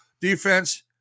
Defense